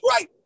right